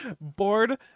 bored